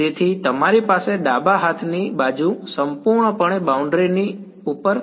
તેથી તમારી પાસે ડાબા હાથની બાજુ સંપૂર્ણપણે બાઉન્ડ્રી ની ઉપર છે